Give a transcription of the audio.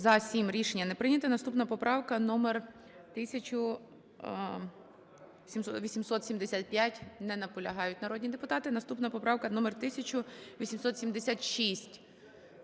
За-7 Рішення не прийнято. Наступна поправка номер 1875. Не наполягають народні депутати. Наступна поправка номер 1876.